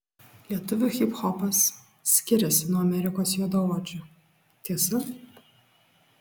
lietuvių hiphopas skiriasi nuo amerikos juodaodžių tiesa